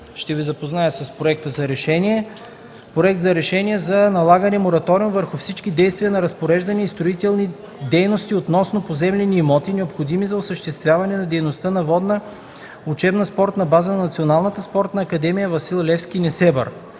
следния проект за решение: „Проект РЕШЕНИЕ за налагане мораториум върху всички действия на разпореждане и строителни дейности относно поземлени имоти, необходими за осъществяване на дейността на „Водна учебна спортна база на Националната спортна академия „Васил Левски” – Несебър”